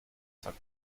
zack